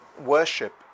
worship